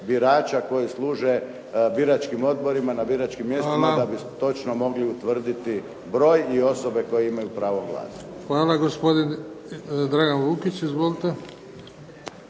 koje službe biračkim odborima na biračkim mjestima da bi točno mogli utvrditi broj i osobe koje imaju pravo glasa. **Bebić, Luka (HDZ)** Hvala.